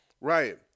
Right